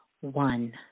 one